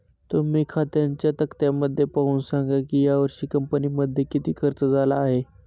तुम्ही खात्यांच्या तक्त्यामध्ये पाहून सांगा की यावर्षी कंपनीमध्ये किती खर्च झाला आहे